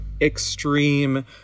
extreme